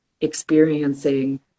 experiencing